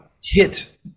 hit